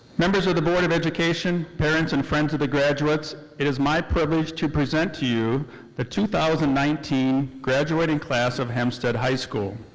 members of the board of education, parents and friends of the graduates, it is my privilege to present to you the two thousand and nineteen graduating class of hempstead high school.